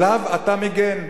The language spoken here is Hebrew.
עליו אתה מגן.